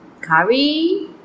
curry